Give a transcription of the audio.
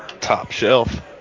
Top-shelf